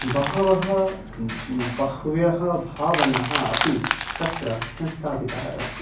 बहवः बह्व्यः भावना अपि तत्र संस्थापिता अस्ति